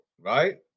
right